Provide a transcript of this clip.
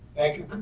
thank you,